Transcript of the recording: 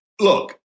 Look